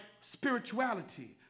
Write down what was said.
spirituality